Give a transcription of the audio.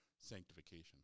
sanctification